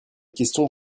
questions